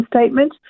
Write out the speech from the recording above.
statement